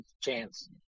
chance